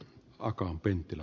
kiitoksia ed